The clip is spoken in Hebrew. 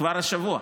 כבר השבוע,